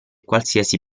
qualsiasi